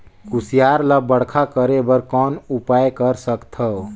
कुसियार ल बड़खा करे बर कौन उपाय कर सकथव?